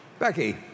Becky